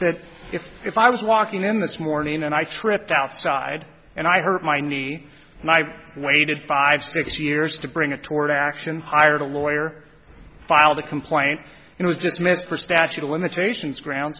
that if if i was walking in this morning and i tripped outside and i hurt my knee and i waited five six years to bring a tort action hired a lawyer filed a complaint it was just mr statute of limitations ground